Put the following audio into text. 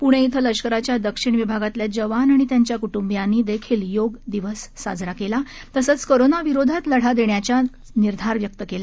पुणे इथं लष्कराच्या दक्षिण विभागातल्या जवान आणि त्यांच्या कुंटुवियांनी देखील योग दिवस साजरा केला तसंच कोरोना विरोधात लढा देण्याच्या निर्धार व्यक्त केला